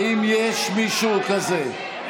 האם יש מישהו כזה?